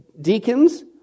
deacons